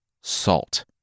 Salt